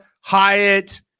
Hyatt